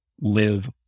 live